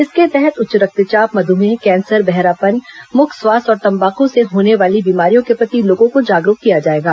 इसके तहत उच्च रक्तचाप मध्मेह कैंसर बहरापन मुख स्वास्थ्य और तंबाक से होने वाली बीमारियों के प्रति लोगों को जागरूक किया जाएगा